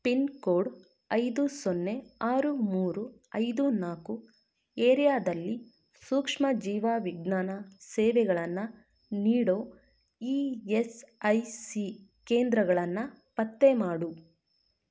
pin code ಐದು ಸೊನ್ನೆ ಆರು ಮೂರು ಐದು ನಾಲ್ಕು ಏರಿಯಾದಲ್ಲಿ ಸೂಕ್ಷ್ಮ ಜೀವವಿಜ್ಞಾನ ಸೇವೆಗಳನ್ನು ನೀಡೋ ಇ ಎಸ್ ಐ ಸಿ ಕೇಂದ್ರಗಳನ್ನು ಪತ್ತೆ ಮಾಡು